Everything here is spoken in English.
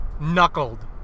Knuckled